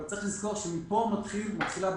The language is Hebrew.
אבל צריך לזכור שמפה מתחילה בנקאות.